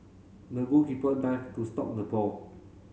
the goalkeeper dived to stop the ball